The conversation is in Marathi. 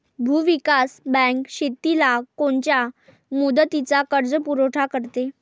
भूविकास बँक शेतीला कोनच्या मुदतीचा कर्जपुरवठा करते?